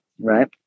right